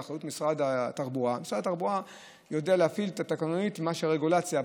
משרד התחבורה יודע להפעיל תקנות רגולציה,